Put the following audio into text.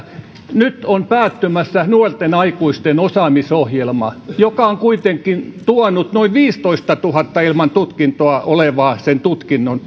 nyt on päättymässä nuorten aikuisten osaamisohjelma joka on kuitenkin tuonut noin viidentoistatuhannen ilman tutkintoa olevaa tutkinnon